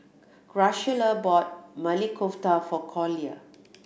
Graciela bought Maili Kofta for Collier